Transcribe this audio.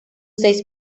seis